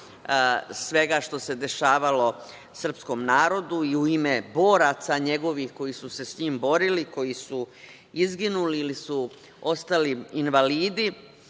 svega što se dešavalo srpskom narodu i u ime boraca njegovih koji su se sa njim borili, koji su izginuli ili su ostali invalidi.